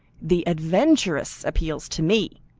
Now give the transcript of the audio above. the adventuress appealed to me,